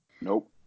Nope